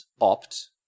opt